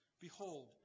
Behold